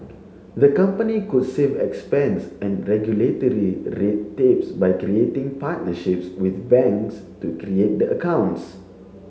the company could save expense and regulatory red tapes by creating partnerships with banks to create the accounts